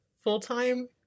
full-time